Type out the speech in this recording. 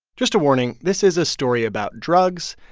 just a warning. this is a story about drugs,